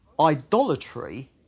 idolatry